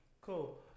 Cool